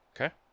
Okay